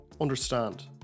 understand